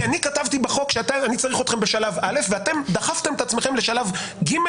כי אני כתבתי בחוק שאני צריך אתכם בשלב א' ואתם דחפתם את עצמכם לשלב ג',